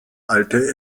alte